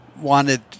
wanted